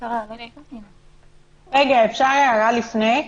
אפשר הערה לפני?